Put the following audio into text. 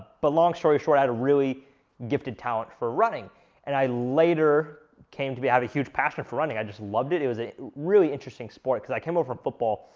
but long story short, i had a really gifted talent for running and i later came to be, have a huge passion for running i just loved it, it was a really interesting sport cause i came over football,